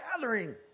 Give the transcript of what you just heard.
gathering